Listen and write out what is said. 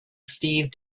steve